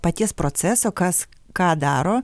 paties proceso kas ką daro